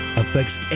affects